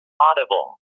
Audible